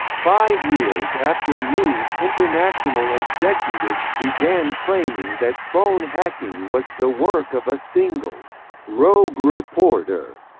five years after news international executives began claiming that phone hacking was the work of a single rogue reporter,